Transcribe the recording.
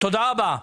תודה רבה.